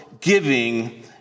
giving